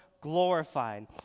glorified